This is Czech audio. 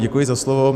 Děkuji za slovo.